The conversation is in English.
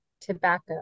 tobacco